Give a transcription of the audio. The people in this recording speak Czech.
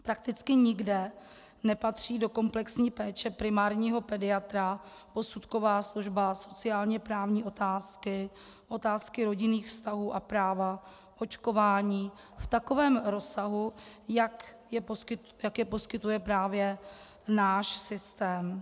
Prakticky nikde nepatří do komplexní péče primárního pediatra posudková služba, sociálněprávní otázky, otázky rodinných vztahů a práva, očkování v takovém rozsahu, jak je poskytuje právě náš systém.